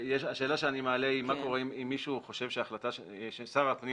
השאלה שאני מעלה היא מה קורה אם שר הפנים